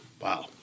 Wow